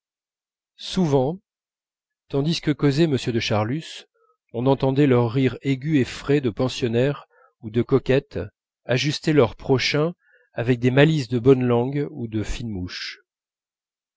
souvent tandis que causait m de charlus on entendait leur rire aigu et frais de pensionnaires ou de coquettes ajuster leur prochain avec des malices de bonnes langues et de